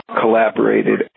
collaborated